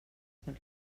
per